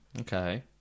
Okay